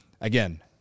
again